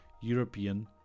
European